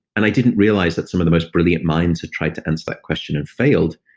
and i didn't realize that some of the most brilliant minds had tried to answer that question and failed.